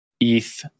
eth